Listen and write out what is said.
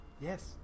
Yes